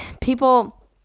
people